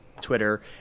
Twitter